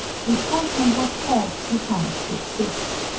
report on what faults you found to exist.